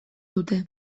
dute